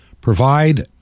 Provide